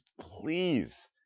please